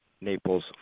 Naples